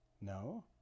no